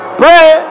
pray